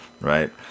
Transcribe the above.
right